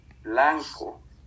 blanco